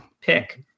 pick